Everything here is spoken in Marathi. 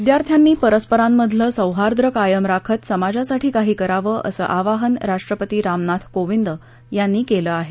विद्यार्थ्यांनी परस्परांमधलं सौहाई कायम राखत समाजासाठी काही करावं असं आवाहन राष्ट्रपती रामनाथ कोविंद यांनी केलं आहे